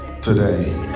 today